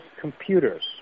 computers